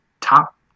top